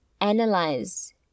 analyze